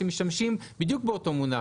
שמשתמשים בדיוק באותו מונח,